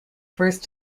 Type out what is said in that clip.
first